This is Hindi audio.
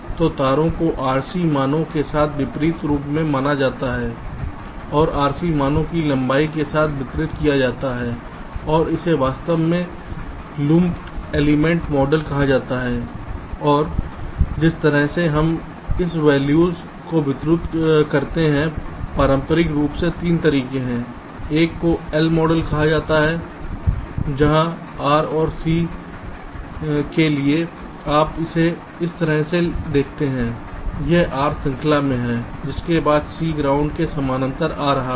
तो तारों को RC मानों के साथ वितरित रूप में माना जाता है और RC मानों को लंबाई के साथ वितरित किया जाता है और इसे वास्तव में लुम्प्ड एलिमेंट मॉडल कहा जाता है और जिस तरह से आप इस वैल्यूज को वितरित करते हैं पारंपरिक रूप से 3 तरीके हैं एक को एल L मॉडल कहा जाता है जहां R और C के लिए आप इसे इस तरह से दिखाते हैं यह R श्रृंखला में है उसके बाद C ग्राउंड के समानांतर आ रहा है